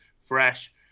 fresh